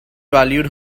valued